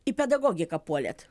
į pedagogiką puolėt